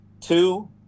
Two